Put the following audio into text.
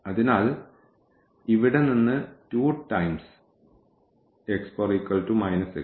അതിനാൽ ഇവിടെ നിന്ന് 2 ടൈംസ്